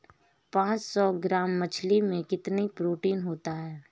पांच सौ ग्राम मछली में कितना प्रोटीन होता है?